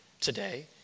today